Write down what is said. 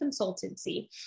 consultancy